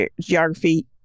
Geography